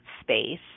space